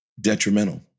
detrimental